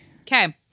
Okay